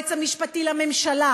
היועץ המשפטי לממשלה,